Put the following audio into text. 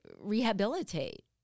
rehabilitate